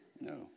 No